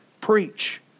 preach